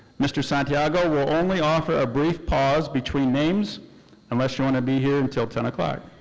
mr. santiago will only offer a brief pause between names unless you want to be here until ten like